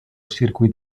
circuit